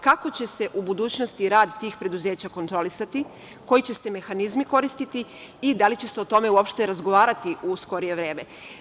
Kako će se u budućnosti rad tih preduzeća kontrolisati, koji će se mehanizmi koristiti i da li će se o tome uopšte razgovarati u skorije vreme?